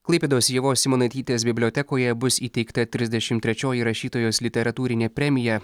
klaipėdos ievos simonaitytės bibliotekoje bus įteikta trisdešimt trečioji rašytojos literatūrinė premija